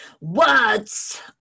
words